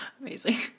Amazing